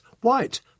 White